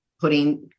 putting